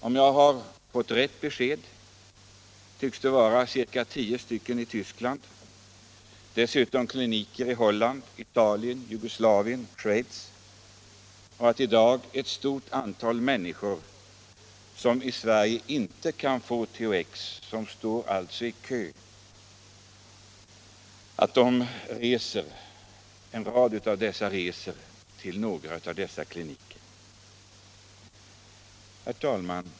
Om jag har fått ett riktigt besked tycks det vara ca tio i Tyskland, och dessutom kliniker i Holland, Italien, Jugoslavien och Schweiz. Dessutom finns det i dag ett stort antal människor som inte kan få THX i Sverige, utan alltså står i kö. En rad av dessa människor reser därför till någon av dessa kliniker. Herr talman!